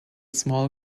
small